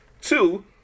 Two